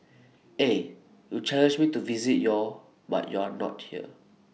eh you challenged me to visit your but you are not here